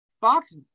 Fox